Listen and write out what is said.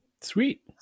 Sweet